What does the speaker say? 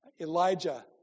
Elijah